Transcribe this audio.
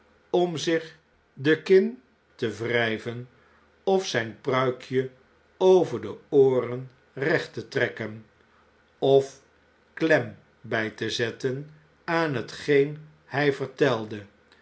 om zich de kin te wrjjven of zijn pruikje over de ooren recht te trekken of klem bfj te zetten aan hetgeen hij vertelde